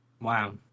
wow